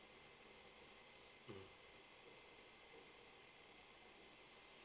mm